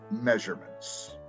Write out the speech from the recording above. measurements